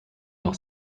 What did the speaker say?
noch